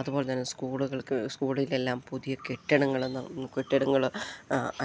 അതുപോലെ തന്നെ സ്കൂളുകൾക്ക് സ്കൂളിലെല്ലാം പുതിയ കെട്ടിടങ്ങള് കെട്ടിടങ്ങള്